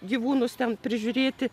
gyvūnus ten prižiūrėti